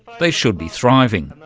they should be thriving.